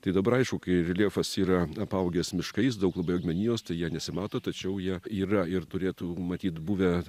tai dabar aišku kai reljefas yra apaugęs miškais daug labai augmenijos tai jie nesimato tačiau jie yra ir turėtų matyt buvę